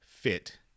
fit